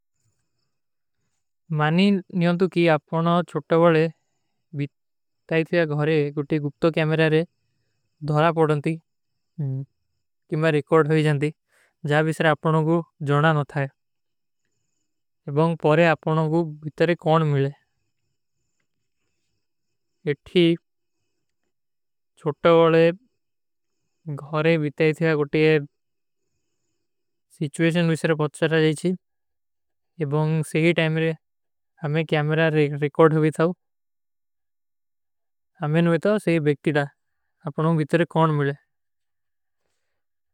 ମାନୀ ନ୍ଯୋଂତୁ କି ଆପକୋ ଚୋଟ୍ଟା ଵଲେ ବିତାଈ ଥିଯା ଗହରେ କୋଟୀ ଗୁପ୍ତୋ କ୍ଯାମେରାରେ ଧରା ପଡନତୀ କିମାରେ ରିକୋର୍ଡ ହୋଈ ଜାନତୀ ଜାବ ଇସରେ ଆପକୋ ଜୋଣା ନ ଥାଏ। ଏବଂଗ ପରେ ଆପକୋ ବିତାରେ କୌନ ମିଲେ। ଏଠୀ ଚୋଟ୍ଟା ଵଲେ ଗହରେ ବିତାଈ ଥିଯା ଗୋଟୀ ସିଚ୍ଵେଶନ ଵିସର ପତ୍ସରା ଜାଏଚୀ ଏବଂଗ ସହୀ ଟାମେରେ ହମେଂ କ୍ଯାମେରାର ରିକୋର୍ଡ ହୋଈ ଥାଓ। ହମେଂ ଵେ ତାଓ ସହୀ ବେକ୍ତିଦା ଆପକୋ ବିତରେ କୌନ ମିଲେ।